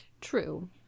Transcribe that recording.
True